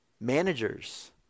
managers